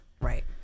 Right